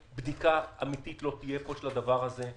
בדיקה אמיתית של הדבר הזה לא תהיה פה.